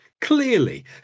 Clearly